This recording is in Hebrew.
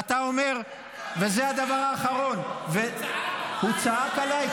--- צעק ------ הוא צעק עליי,